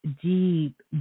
deep